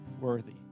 worthy